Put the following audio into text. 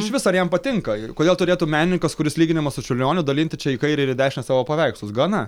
išvis ar jam patinka i kodėl turėtų menininkas kuris lyginamas su čiurlioniu dalinti čia į kairę ir į dešinę savo paveikslus gana